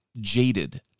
jaded